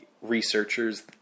researchers